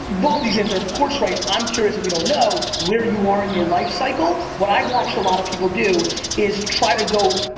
both these things are, of course, right, i'm curious, and we don't know, where you are in your life cycle. what i've watched a lot of people do is try to go,